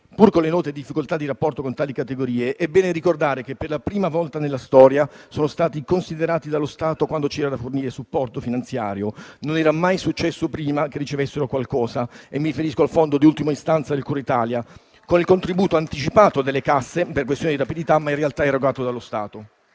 pur con le note difficoltà di rapporto con tali categorie, è bene ricordare che, per la prima volta nella storia, essi sono stati considerati dallo Stato quando c'era da fornire supporto finanziario. Non era mai successo prima che ricevessero qualcosa. Mi riferisco al fondo di ultima istanza del decreto cura Italia, con il contributo anticipato delle casse per questioni di rapidità, ma in realtà erogato dallo Stato.